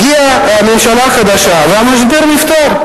הגיעה ממשלה חדשה והמשבר נפתר.